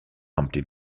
humpty